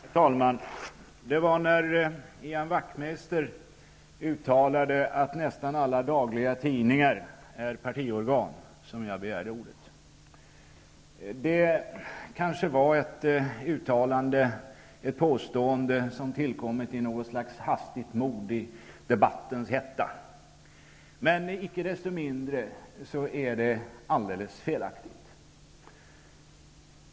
Herr talman! Det var när Ian Wachtmeister uttalade att nästan alla dagliga tidningar är partiorgan som jag begärde ordet. Det kanske var ett påstående som tillkommit i något slags hastigt mod, i debattens hetta. Icke desto mindre är det alldeles felaktigt.